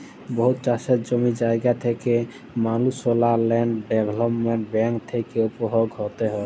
বহুত চাষের জমি জায়গা থ্যাকা মালুসলা ল্যান্ড ডেভেলপ্মেল্ট ব্যাংক থ্যাকে উপভোগ হ্যতে পারে